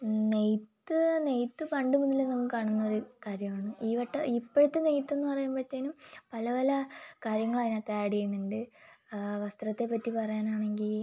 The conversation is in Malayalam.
നെയ്ത്ത് നെയ്ത്ത് പണ്ട് മുതൽ നമ്മൾ കാണുന്നവർ കാര്യം ആണ് ഈ വട്ടം ഇപ്പോഴത്തെ നെയ്ത്ത് എന്ന് പറയുമ്പോഴത്തേക്കും പല പല കാര്യങ്ങളതിനകത്ത് ഏഡ്ഡ് ചെയ്യുന്നുണ്ട് വസ്ത്രത്തെപ്പറ്റി പറയാനാണെങ്കിൽ